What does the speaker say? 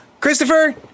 Christopher